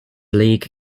league